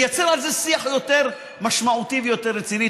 לייצר על זה שיח יותר משמעותי ויותר רציני.